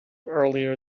earlier